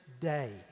day